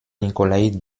nikolaï